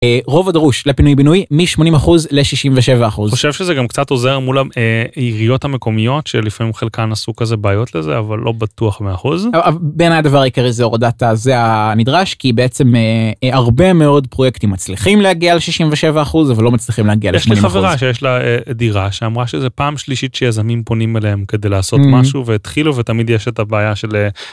רוב הדרוש לפינוי בינוי מ-80% ל-67%, חושב שזה גם קצת עוזר מול העיריות המקומיות שלפעמים חלקן עשו כזה בעיות לזה אבל לא בטוח ב100%, בין הדבר העיקרי זה הורדת הזה הנדרש כי בעצם הרבה מאוד פרויקטים מצליחים להגיע ל 67% אבל לא מצליחים להגיע ל-80% יש לי חברה שיש לה דירה שאמרה שזה פעם שלישית שיזמים פונים אליהם כדי לעשות משהו והתחילו ותמיד יש את הבעיה של...